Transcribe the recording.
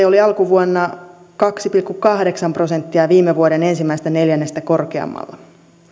oli alkuvuonna kaksi pilkku kahdeksan prosenttia viime vuoden ensimmäistä neljännestä korkeammalla